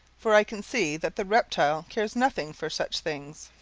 for i can see that the reptile cares nothing for such things.